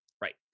Right